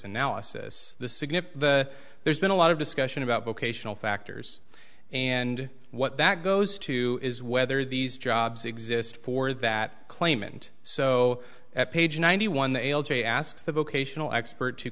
significant there's been a lot of discussion about vocational factors and what that goes to is whether these jobs exist for that claimant so at page ninety one the l g asks the vocational expert to